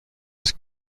his